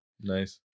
Nice